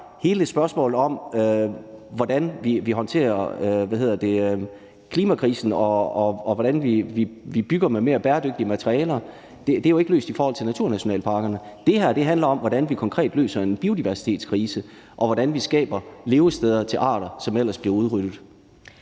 hele udfordringen med, hvordan vi håndterer klimakrisen, og hvordan vi bygger med mere bæredygtige materialer, jo ikke er løst i forhold til naturnationalparkerne. Det her handler om, hvordan vi konkret løser en biodiversitetskrise, og hvordan vi skaber levesteder til arter, som ellers bliver udryddet.